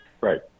right